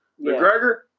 McGregor